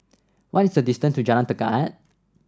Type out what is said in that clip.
what is the distance to Jalan Tekad